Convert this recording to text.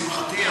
לשמחתי,